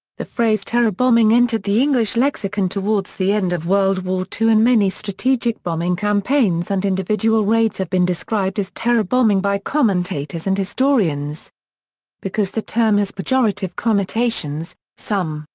the phrase terror bombing entered the english lexicon towards the end of world war ii and many strategic bombing campaigns and individual raids have been described as terror bombing by commentators and historians because the term has pejorative connotations, some,